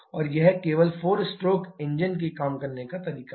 और यह केवल 4 स्ट्रोक इंजन के काम करने का तरीका है